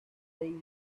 base